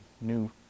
new